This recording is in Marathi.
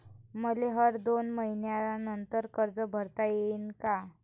मले हर दोन मयीन्यानंतर कर्ज भरता येईन का?